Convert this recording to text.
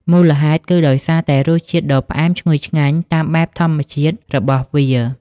មូលហេតុគឺដោយសារតែរសជាតិដ៏ផ្អែមឈ្ងុយឆ្ងាញ់តាមបែបធម្មជាតិរបស់វា។